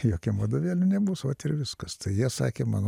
jokiam vadovėly nebus vat ir viskas tai jie sakė mano